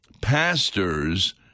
pastors